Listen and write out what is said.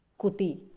Kuti